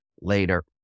later